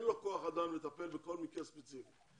למשטרה אין כוח אדם לטפל בכל מקרה ספציפי.